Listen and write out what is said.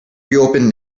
reopen